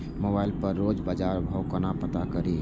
Mobile पर रोज बजार भाव कोना पता करि?